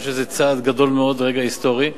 אני חושב שזה צעד גדול מאוד ורגע היסטורי.